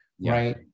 right